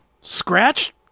scratch